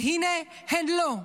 והינה, הן לא.